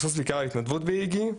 יש קבוצות שמבוססות על התנדבות ב-׳איגי׳,